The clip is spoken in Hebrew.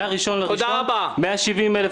ומ-1 בינואר ישלם 170,000 שקל.